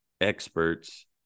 experts